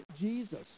Jesus